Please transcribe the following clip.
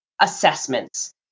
assessments